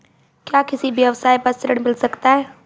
क्या किसी व्यवसाय पर ऋण मिल सकता है?